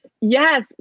Yes